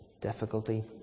difficulty